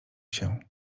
się